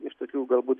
iš tokių galbūt